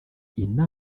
ino